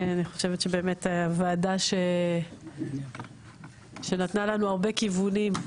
אני חושבת שבאמת הוועדה שנתנה לנו הרבה כיוונים,